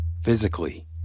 physically